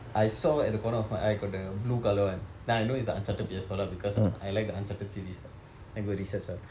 I saw at the corner of my eye got the blue colour one then I know it's the uncharted P_S four lah because I like the uncharted series what then I go research all